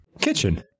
Kitchen